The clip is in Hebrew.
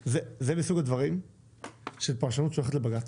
זה מסוג הדברים של פרשנות שהולכת לבג"ץ.